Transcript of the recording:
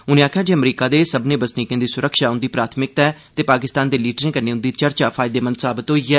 उनें आखेआ जे अमरीका दे सब्मने बसनीकें दी सुरक्षा उंदी प्राथमिकता ऐ ते पाकिस्तान दे लीडरें कन्नै उंदी चर्चा बड़ी फायदेमंद साबत होई ऐ